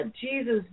Jesus